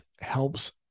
helps